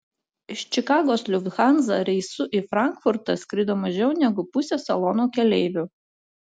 iš čikagos lufthansa reisu į frankfurtą skrido mažiau negu pusė salono keleivių